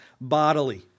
bodily